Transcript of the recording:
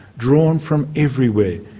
drawn from everywhere,